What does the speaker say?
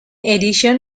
addition